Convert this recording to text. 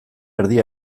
erdi